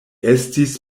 estis